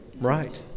right